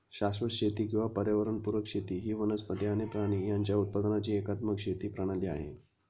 शाश्वत शेती किंवा पर्यावरण पुरक शेती ही वनस्पती आणि प्राणी यांच्या उत्पादनाची एकात्मिक शेती प्रणाली आहे